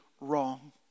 wrong